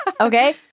Okay